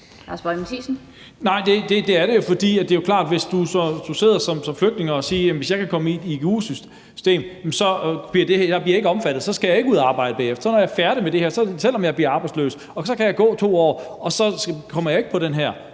(NB): Nej, men det er jo klart, at hvis du sidder som flygtning, kan du sige: Hvis jeg kan komme ind i igu-systemet, bliver jeg ikke omfattet, og så skal jeg ikke ud at arbejde bagefter, så når jeg er færdig med det her, kan jeg, selv om jeg bliver arbejdsløs, gå 2 år, og så kommer jeg ikke på den her